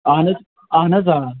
اہن حظ اہن حظ آ